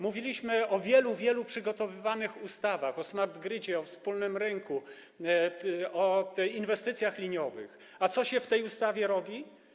Mówiliśmy o wielu przygotowywanych ustawach, o smart gridzie, o wspólnym rynku, o inwestycjach liniowych, a co się w tej ustawie robi?